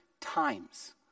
times